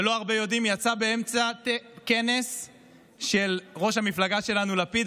ולא הרבה יודעים שהיא יצאה באמצע כנס של ראש המפלגה שלנו לפיד,